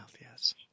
yes